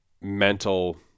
mental